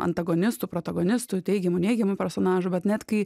antagonistų protagonistų teigiamų neigiamų personažų bet net kai